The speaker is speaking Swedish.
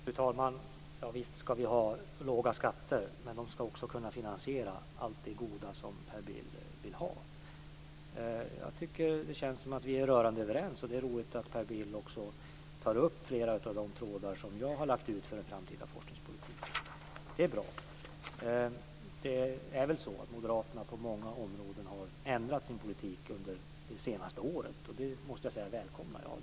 Fru talman! Visst ska vi ha låga skatter, men de ska också kunna finansiera allt det goda som Per Bill vill ha. Det känns som att vi är rörande överens. Det är roligt att Per Bill tar upp flera av de trådar som jag har lagt ut för en framtida forskningspolitik. Moderaterna har på många områden ändrat sin politik under det senaste året. Det välkomnar jag.